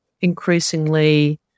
increasingly